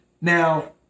Now